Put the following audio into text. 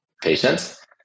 patients